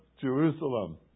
Jerusalem